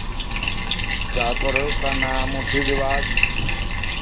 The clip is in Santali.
ᱛᱟᱨᱯᱚᱨᱮ ᱦᱩᱭᱩᱜ ᱠᱟᱱᱟ ᱢᱩᱨᱥᱤᱫᱟᱵᱟᱫ